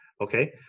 Okay